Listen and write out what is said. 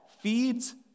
feeds